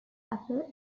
apple